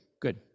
good